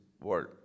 world